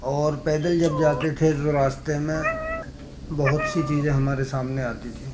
اور پیدل جب جاتے تھے تو راستے میں بہت سی چیزیں ہمارے سامنے آتی تھیں